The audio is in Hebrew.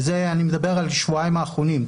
וזה אני מדבר על השבועיים האחרונים,